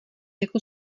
jako